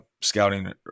scouting